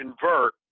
convert